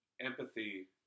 empathy